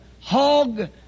hog